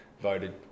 voted